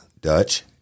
Dutch